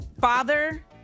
father